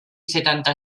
setanta